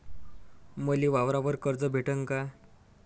मले वावरावर कर्ज भेटन का?